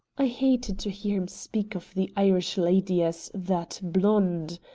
i hated to hear him speak of the irish lady as that blonde.